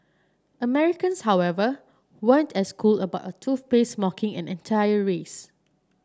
Americans however weren't as cool about a toothpaste mocking and an entire race